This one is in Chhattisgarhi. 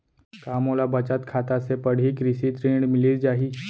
का मोला बचत खाता से पड़ही कृषि ऋण मिलिस जाही?